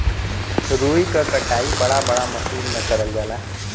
रुई क कटाई बड़ा बड़ा मसीन में करल जाला